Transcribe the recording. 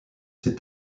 ses